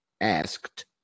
asked